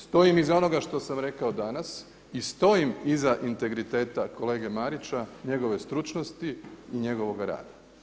Stojim iza onoga što sam rekao danas i stojim iza integriteta kolege Marića, njegove stručnosti i njegovoga rada.